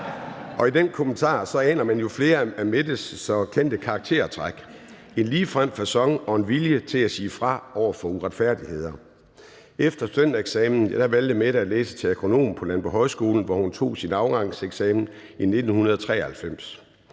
Og i den kommentar aner man jo flere af Mettes så kendte karaktertræk: en ligefrem facon og en vilje til at sige fra over for uretfærdigheder. Efter studentereksamen valgte Mette at læse til agronom på Landbohøjskolen, hvor hun tog sin afgangseksamen i 1993.